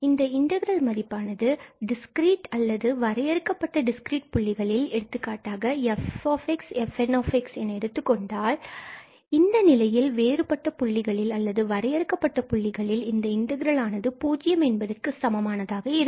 இந்த இன்டகிரல் மதிப்பானது டிஸ்கிரீட் அல்லது வரையறுக்கப்பட்ட டிஸ்கிரீட் புள்ளிகளில் எடுத்துக்காட்டாக நாம் f and fn எடுத்துக் கொண்டால் இந்த நிலையில்வேறுபட்ட புள்ளிகளில் அல்லது வரையறுக்கப்பட்ட புள்ளிகளில் இந்த இன்டகிரலானது பூஜ்ஜியம் என்பதற்கு சமமானதாக இருக்கும்